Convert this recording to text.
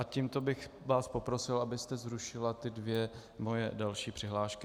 Tímto bych vás poprosil, abyste zrušila ty dvě moje další přihlášky.